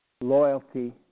loyalty